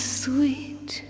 sweet